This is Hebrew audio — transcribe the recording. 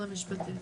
המשפטים,